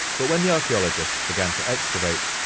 but when the archaeologists began to excavate,